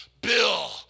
Bill